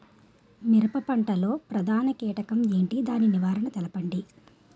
మిరప పంట లో ప్రధాన కీటకం ఏంటి? దాని నివారణ తెలపండి?